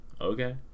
okay